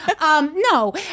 No